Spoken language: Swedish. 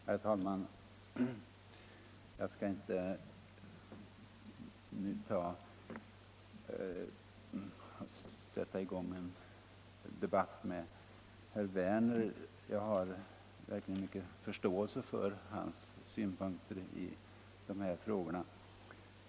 Herr talman! Jag skall inte sätta i gång en debatt med herr Werner i Malmö -— jag har verkligen stor förståelse för hans synpunkter i dessa frågor.